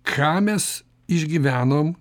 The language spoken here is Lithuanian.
ką mes išgyvenom